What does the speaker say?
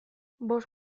bost